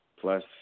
plus